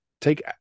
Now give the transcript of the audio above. Take